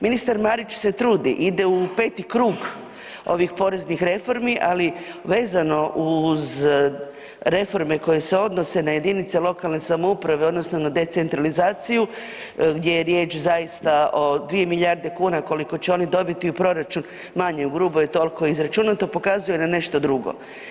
Ministar Marić se trudi ide u 5 krug ovih poreznih reformi, ali vezano uz reforme koje se odnose na jedinice lokalne samouprave odnosno na decentralizaciju gdje je riječ zaista o 2 milijarde kuna koliko će oni dobiti u proračun manje, ugrubo je toliko izračunato pokazuje na nešto drugo.